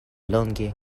longe